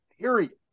period